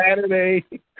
Saturday